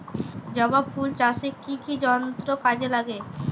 জবা ফুল চাষে কি কি যন্ত্র কাজে লাগে?